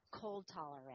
cold-tolerant